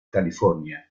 california